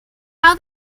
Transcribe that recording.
how